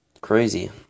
crazy